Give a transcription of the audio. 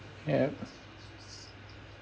yup